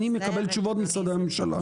אני מקבל תשובות ממשרדי הממשלה.